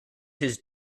his